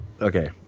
Okay